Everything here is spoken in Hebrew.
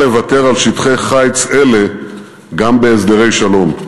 לוותר על שטחי חיץ אלה גם בהסדרי שלום.